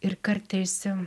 ir kartais